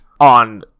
on